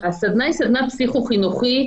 הסדנה היא סדנה פסיכו-חינוכית,